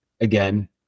again